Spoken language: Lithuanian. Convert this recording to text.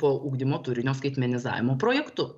po ugdymo turinio skaitmenizavimo projektu